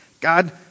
God